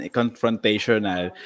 confrontational